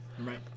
Right